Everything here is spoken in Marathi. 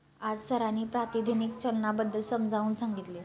आज सरांनी प्रातिनिधिक चलनाबद्दल समजावून सांगितले